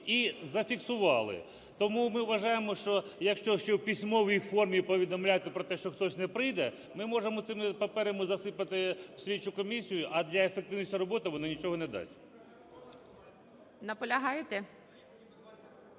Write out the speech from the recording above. і зафіксували. Тому ми вважаємо, що якщо що в письмовій формі повідомляти про те, що хтось не прийде, ми можемо цими паперами засипати слідчу комісію, а для ефективності роботи воно нічого не дасть.